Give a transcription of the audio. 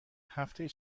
هفتهای